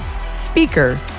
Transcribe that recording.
speaker